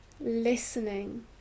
listening